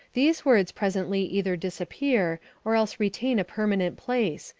these words presently either disappear or else retain a permanent place,